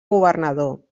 governador